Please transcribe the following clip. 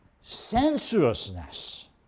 Sensuousness